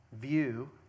view